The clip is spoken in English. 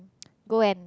go and